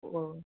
ஒ